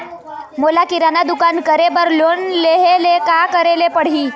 मोला किराना दुकान करे बर लोन लेहेले का करेले पड़ही?